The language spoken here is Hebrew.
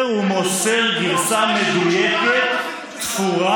ואז חוזר ומוסר גרסה מדויקת, תפורה,